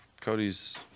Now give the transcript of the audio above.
Cody's